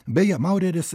beje maureris